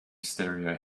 stereo